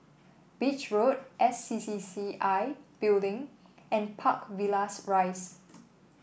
Beach Road S C C C I Building and Park Villas Rise